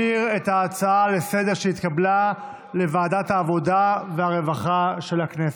להצעה לסדר-היום ולהעביר את הנושא לוועדת העבודה והרווחה נתקבלה.